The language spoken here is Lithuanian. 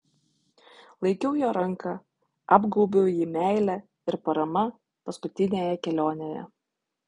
laikiau jo ranką apgaubiau jį meile ir parama paskutinėje kelionėje